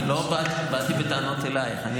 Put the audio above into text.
אני לא באתי בטענות אלייך.